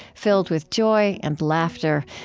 filled with joy and laughter,